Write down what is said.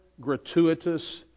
gratuitous